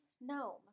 gnome